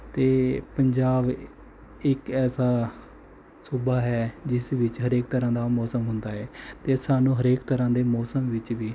ਅਤੇ ਪੰਜਾਬ ਇੱਕ ਐਸਾ ਸੂਬਾ ਹੈ ਜਿਸ ਵਿੱਚ ਹਰੇਕ ਤਰ੍ਹਾਂ ਦਾ ਮੌਸਮ ਹੁੰਦਾ ਹੈ ਅਤੇ ਸਾਨੂੰ ਹਰੇਕ ਤਰ੍ਹਾਂ ਦੇ ਮੌਸਮ ਵਿੱਚ ਵੀ